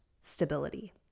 stability